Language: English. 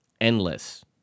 endless